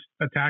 attack